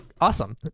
Awesome